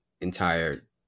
entire